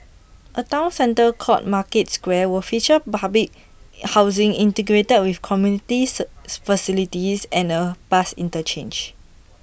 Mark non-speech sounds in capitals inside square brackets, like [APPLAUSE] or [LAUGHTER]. A Town centre called market square will feature public housing integrated with community [UNINTELLIGIBLE] facilities and A bus interchange